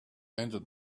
entered